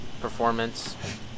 performance